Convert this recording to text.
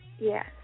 Yes